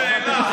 שאלה.